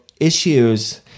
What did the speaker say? issues